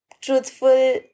truthful